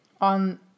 on